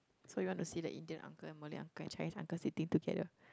so you want to see the Indian uncle and malay uncle and Chinese uncle sitting together